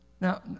Now